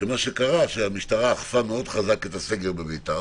שמה שקרה, שהמשטרה אכפה מאוד חזק את הסגר בבית"ר